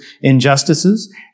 injustices